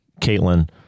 Caitlin